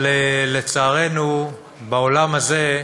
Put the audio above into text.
אבל, לצערנו, בעולם הזה,